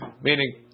meaning